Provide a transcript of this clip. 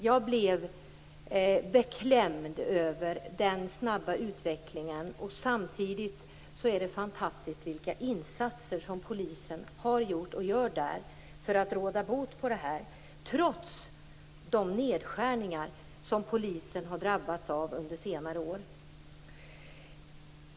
Jag blev beklämd över den snabba utvecklingen. Samtidigt är det fantastiskt med de insatser som polisen har gjort och gör där för att råda bot på det hela - trots de nedskärningar som polisen har drabbats av under senare år.